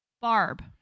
Barb